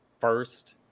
first